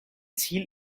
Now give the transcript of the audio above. ziel